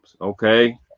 okay